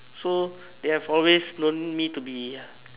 so they have always known me to be